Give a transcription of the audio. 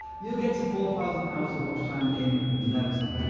you'll get to four thousand hours of watch time in no time.